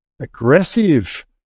aggressive